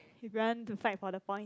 if we want to fight for the point